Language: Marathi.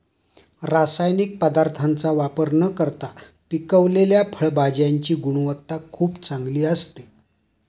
रासायनिक पदार्थांचा वापर न करता पिकवलेल्या फळभाज्यांची गुणवत्ता खूप चांगली असते